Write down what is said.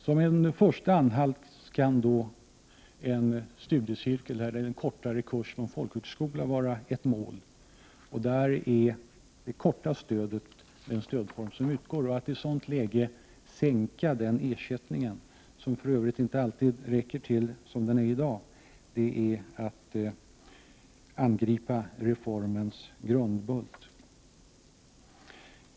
Som en första anhalt på vägen mot målet kan då en studiecirkel eller en kortare kurs på en folkhögskola fungera. Där är det korttidsstudiestödet som är aktuellt. Att i ett sådant läge sänka den ersättningen, som för övrigt inte alltid räcker till som den är i dag, är att angripa reformens ”grundbult”.